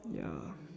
ya